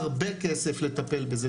הרבה כסף לטפל בזה.